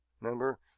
Remember